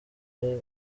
marie